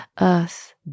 earth